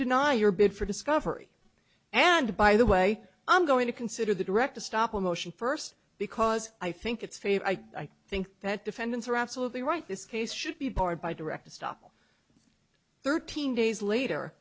deny your bid for discovery and by the way i'm going to consider the direct to stop motion first because i think it's fair i think that defendants are absolutely right this case should be part by direct to stop thirteen days later